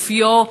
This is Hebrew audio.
אופיו,